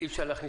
ואנחנו נשמח